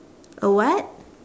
a what